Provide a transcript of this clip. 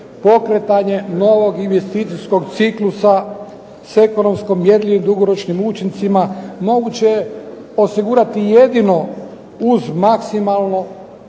pokretanje novog investicijskog ciklusa s ekonomskom mjerljivim dugoročnim učincima moguće je osigurati jedino uz maksimalno